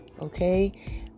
okay